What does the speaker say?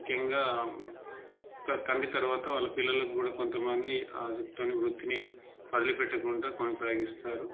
ముఖ్యంగా త తండ్రి తర్వాత పిల్లలకు కూడా కొంతమంది కుల వృత్తిని వదిలిపెట్టకుండా కొనసాగిస్తారు